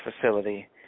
facility